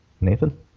Nathan